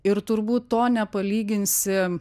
ir turbūt to nepalyginsi